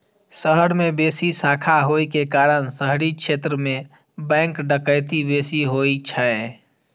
शहर मे बेसी शाखा होइ के कारण शहरी क्षेत्र मे बैंक डकैती बेसी होइ छै